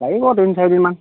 লাগিব তিনি চাৰিদিনমান